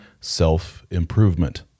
self-improvement